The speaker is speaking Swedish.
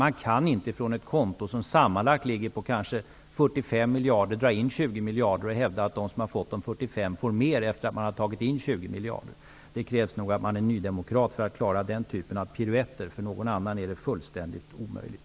Man kan inte från ett konto som sammanlagt ligger på kanske 45 miljarder dra in 20 miljarder och hävda att de som tidigare har fått de 45 miljarderna får mer efter det att man tagit bort 20 miljarder. Det krävs nog att man är nydemokrat för att klara den typen av piruetter. För alla andra är det fullständigt omöjligt.